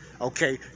okay